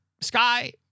Sky